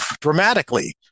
dramatically